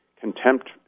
contempt